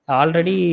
already